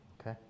Okay